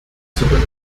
zurück